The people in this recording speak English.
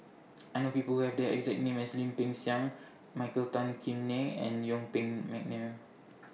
I know People Who Have The exact name as Lim Peng Siang Michael Tan Kim Nei and Yuen Peng Mcneice